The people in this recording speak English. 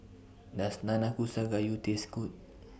Does Nanakusa Gayu Taste Good